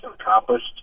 accomplished